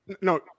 No